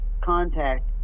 contact